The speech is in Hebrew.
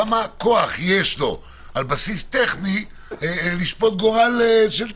כמה כוח יש לו על בסיס טכני, לשפוט גורל של תיק?